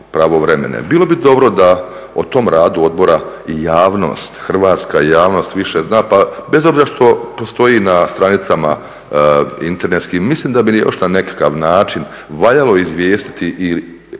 Bilo bi dobro da o tom radu odbora i javnost, hrvatska javnost više zna pa bez obzira što stoji na stranicama internetskim mislim da bi još na nekakav način valjalo izvijestiti i hrvatsko